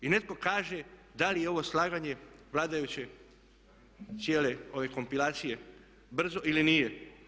I netko kaže da li je ovo slaganje vladajuće cijele ove kompilacije brzo ili nije.